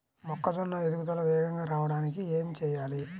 మొక్కజోన్న ఎదుగుదల వేగంగా రావడానికి ఏమి చెయ్యాలి?